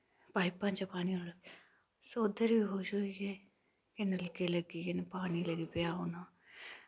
पाईपैं च पानी औन लगिया ओह्दै र गै खुश होईये के नलके लग्गीए न पानी लगी पेआ औन